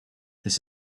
this